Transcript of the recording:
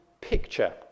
picture